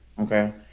okay